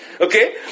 Okay